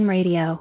Radio